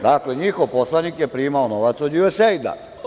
Dakle, njihov poslanik je primao novac od USAID.